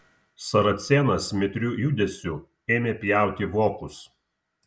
saracėnas mitriu judesiu ėmė pjauti vokus